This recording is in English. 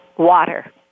water